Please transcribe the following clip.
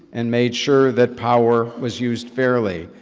and made sure that power was used fairly,